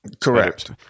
Correct